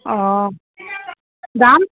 অঁ যাম